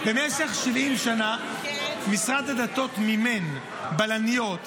במשך 70 שנה משרד הדתות מימן בלניות,